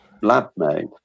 lab-made